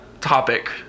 topic